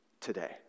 today